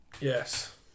yes